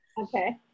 Okay